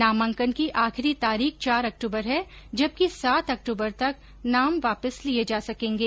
नामांकन की आखिरी तारीख चार अक्टूबर है जबकि सात अक्टूबर तक नाम वापस लिये जा सकेंगे